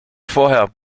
vorher